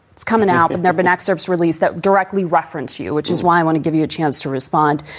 it's coming out and there've been excerpts released that directly reference you, which is why i want to give you a chance to respond.